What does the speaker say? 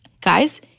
guys